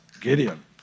Gideon